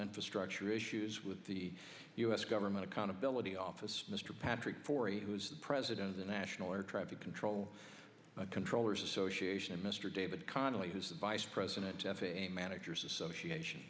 infrastructure issues with the u s government accountability office mr patrick for who is the president of the national air traffic control controllers association and mr david connelly who's the vice president f a a managers association